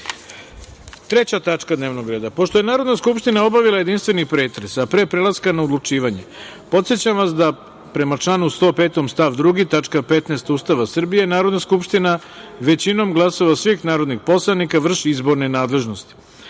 tačka dnevnog reda. Pošto je Narodna skupština obavila jedinstveni pretres, a pre prelaska na odlučivanje podsećam vas da, prema članu 105. stav 2. tačka 15 Ustava Republike Srbije, Narodna skupština većinom glasova svih narodnih poslanika vrši izborne nadležnosti. Stavljam